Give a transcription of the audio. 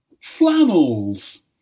Flannels